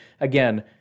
again